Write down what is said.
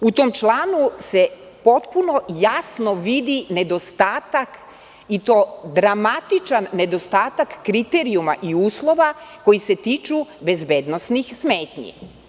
U tom članu se potpuno jasno vidi nedostatak i to dramatičan nedostatak kriterijuma i uslova koji se tiču bezbednosnih smetnji.